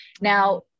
Now